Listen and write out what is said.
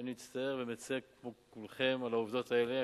אני מצטער ומצר כמו כולכם על העובדות האלה.